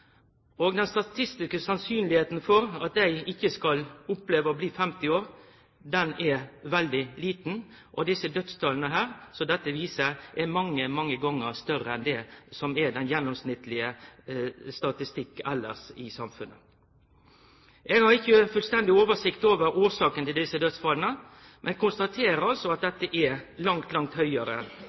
statistiske sannsynet for at dei ikkje skal oppleve å bli 50 år, er veldig lite. Dødstala eg her viser til, er altså mange gonger større enn det som er gjennomsnittet elles i samfunnet. Eg har ikkje fullstendig oversikt over årsaka til desse dødsfalla, men konstaterer at dette er langt høgare